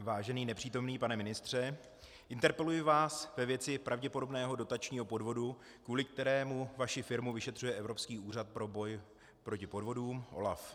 Vážený nepřítomný pane ministře, interpeluji vás ve věci pravděpodobného dotačního podvodu, kvůli kterému vaši firmu vyšetřuje Evropský úřad pro boj proti podvodům, OLAF.